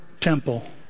temple